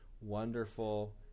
Wonderful